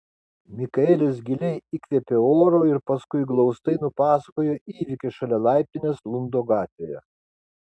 mikaelis giliai įkvėpė oro ir paskui glaustai nupasakojo įvykį šalia laiptinės lundo gatvėje